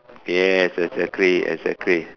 yes exactly exactly